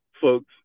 Folks